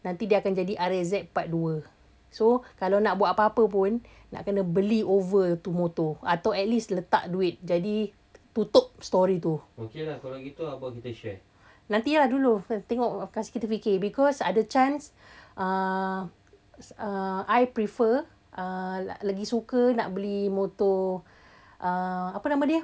nanti dia akan jadi R_X_Z part dua so nak buat apa-apa pun nak kena beli over itu motor atau at least letak duit jadi tutup story tu nanti lah dulu tengok kasih kita fikir because ada chance uh uh I prefer uh lagi suka nak beli motor uh apa nama dia